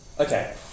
Okay